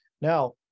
Now